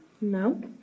No